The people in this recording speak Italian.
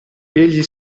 egli